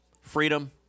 freedom